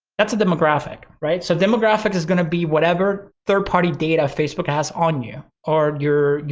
that's a demographic, right? so demographics is gonna be whatever third party data facebook has on you or your, you